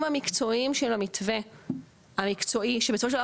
המקצועיים של המטווה המקצועי שבסופו של דבר,